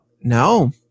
No